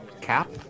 cap